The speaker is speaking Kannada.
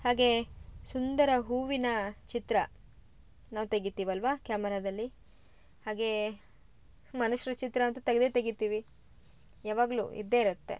ಹಾಗೆ ಸುಂದರ ಹೂವಿನ ಚಿತ್ರ ನಾವು ತೆಗಿತೀವಲ್ವಾ ಕ್ಯಾಮರದಲ್ಲಿ ಹಾಗೆ ಮನುಷ್ರ ಚಿತ್ರ ಅಂತು ತೆಗೆದೆ ತೆಗಿತೀವಿ ಯವಾಗಲು ಇದ್ದೆ ಇರುತ್ತೆ